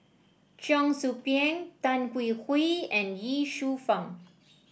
Cheong Soo Pieng Tan Hwee Hwee and Ye Shufang